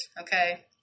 okay